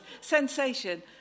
sensation